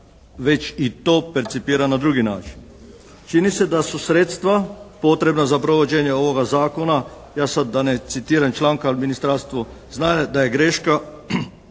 već i to percipira na drugi način. Čini se da su sredstva potrebna za provođenje ovoga Zakona, ja sad da ne citiram članke, ali ministarstvo znade da je greška,